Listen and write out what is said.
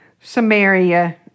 Samaria